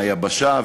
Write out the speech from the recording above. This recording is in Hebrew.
מהיבשה,